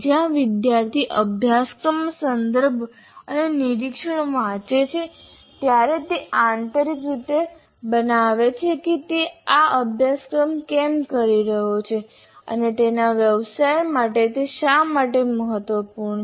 જ્યારે વિદ્યાર્થી અભ્યાસક્રમ સંદર્ભ અને નિરીક્ષણ વાંચે છે ત્યારે તે આંતરિક રીતે બનાવે છે કે તે આ અભ્યાસક્રમ કેમ કરી રહ્યો છે અને તેના વ્યવસાય માટે તે શા માટે મહત્વપૂર્ણ છે